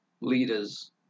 leaders